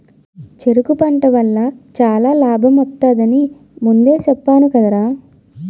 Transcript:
చెరకు పంట వల్ల చాలా లాభమొత్తది అని ముందే చెప్పేను కదరా?